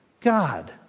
God